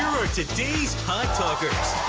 today's hot talkers.